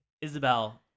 Isabel